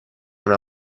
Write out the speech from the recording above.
una